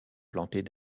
plantées